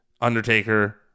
Undertaker